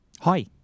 Hi